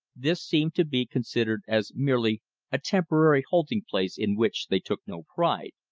this seemed to be considered as merely a temporary halting-place in which they took no pride,